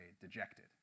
dejected